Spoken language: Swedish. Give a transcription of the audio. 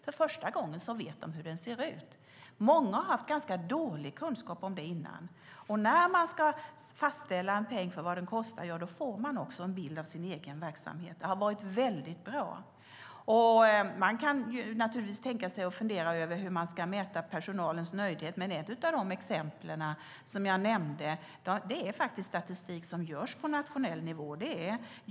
För första gången vet de hur den ser ut. Många har haft ganska dålig kunskap om det innan. När man ska fastställa vad det kostar får man också en bild av den egna verksamheten. Det har varit väldigt bra. Man kan fundera över hur man ska mäta personalens nöjdhet, men ett av de exempel jag nämnde är statistik som görs på nationell nivå.